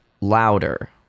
louder